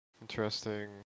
interesting